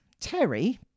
Terry